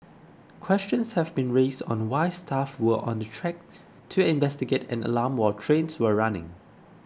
questions have been raised on why staff were on the track to investigate an alarm while trains were running